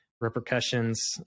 repercussions